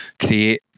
create